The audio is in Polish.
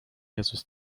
jezus